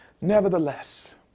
Nevertheless